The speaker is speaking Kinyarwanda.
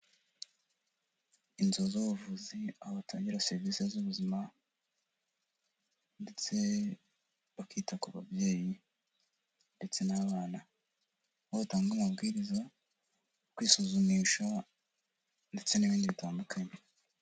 Inzu z'ubuvuzi aho batangira serivisi z'ubuzima ndetse bakita ku babyeyi ndetse n'abana, aho batanga amabwiriza yo kwisuzumisha ndetse n'ibindi bitandukanye.